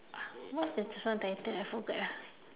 what is the song title I forgot ah